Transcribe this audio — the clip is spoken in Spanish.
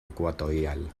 ecuatorial